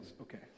Okay